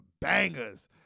bangers